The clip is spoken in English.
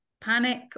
panic